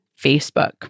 Facebook